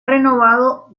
renovado